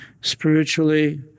spiritually